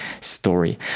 story